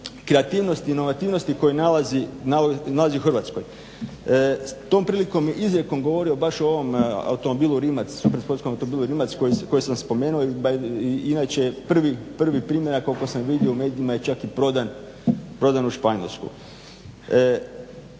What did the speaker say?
kreativnosti i inovativnosti koju nalazi u Hrvatskoj. om prilikom je izrijekom govorio baš o ovom automobilu Rimac, super sportskom automobilu Rimac koji sam spomenuo i inače je prvi primjerak koliko sam vidio u medijima je čak i prodan u Španjolsku.